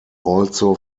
also